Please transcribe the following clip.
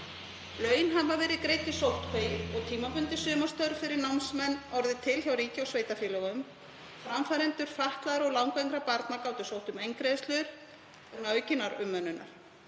Laun hafa verið greidd í sóttkví og tímabundin sumarstörf fyrir námsmenn orðið til hjá ríki og sveitarfélögum. Framfærendur fatlaðra og langveikra barna gátu sótt um eingreiðslu vegna aukinnar umönnunar.